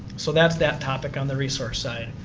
so that's that topic on the resource side.